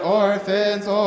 orphans